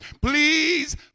Please